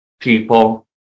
people